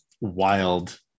wild